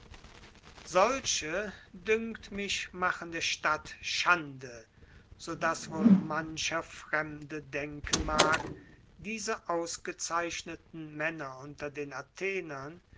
solche dünkt mich machen der stadt schande so daß wohl mancher fremde denken mag diese ausgezeichneten männer unter den athenern